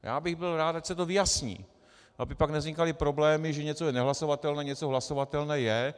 A já bych byl rád, ať se to vyjasní, aby pak nevznikaly problémy, že něco je nehlasovatelné, něco hlasovatelné je.